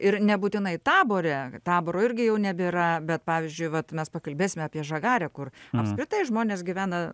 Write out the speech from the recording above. ir nebūtinai tabore taboro irgi jau nebėra bet pavyzdžiui vat mes pakalbėsim apie žagarę kur apskritai žmonės gyvena